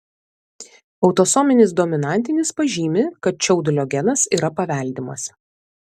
autosominis dominantinis pažymi kad čiaudulio genas yra paveldimas